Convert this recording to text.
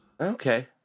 Okay